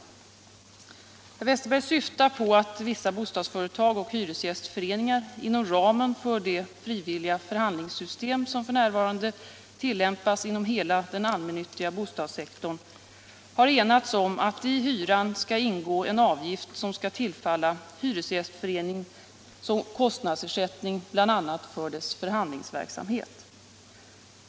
Herr Westerberg syftar på att vissa bostadsföretag och hyresgästföreningar inom ramen för det frivilliga förhandlingssystem, som f. n. tilllämpas inom hela den allmännyttiga bostadssektorn, har enats om att i hyran skall ingå en avgift som skall tillfalla hyresgästföreningen som kostnadsersättning bl.a. för dess förhandlingsverksamhet.